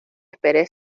esperé